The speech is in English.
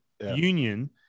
union